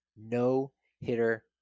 no-hitter